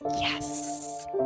Yes